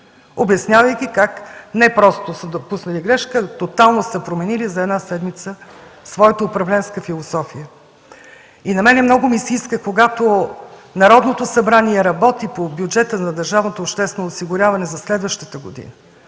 обяснявайки как не просто са допуснали грешка, а тотално са променили своята управленска философия за една седмица. Много ми се иска, когато Народното събрание работи по бюджета на държавното обществено осигуряване за следващата година,